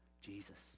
Jesus